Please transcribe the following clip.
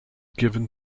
given